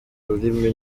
rurimi